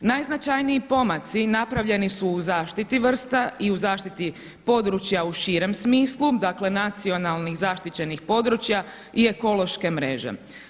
Najznačajniji pomaci napravljeni su u zaštiti vrsta i u zaštiti područja u širem smislu dakle nacionalnih zaštićenih područja i ekološke mreže.